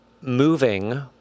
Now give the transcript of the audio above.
moving